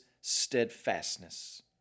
steadfastness